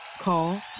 Call